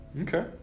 Okay